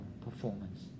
performance